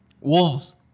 Wolves